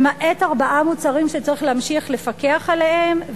למעט ארבעה מוצרים שצריך להמשיך לפקח עליהם.